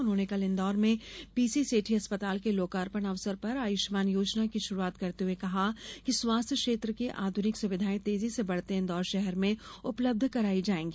उन्होंने कल इन्दौर में पीसी सेठी अस्पताल के लोकार्पण अवसर पर आयुष्मान योजना की शुरूआत करते हुए कहा कि स्वास्थ्य क्षेत्र की आधुनिक सुविधाएं तेजी से बढ़ते इन्दौर शहर में उपलब्ध कराई जायेगी